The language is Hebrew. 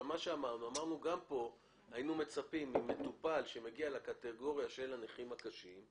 אמרנו שגם פה היינו מצפים ממטפל שמגיע לקטגורית הנכים הקשים,